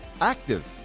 active